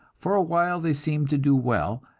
for a while they seemed to do well.